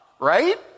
Right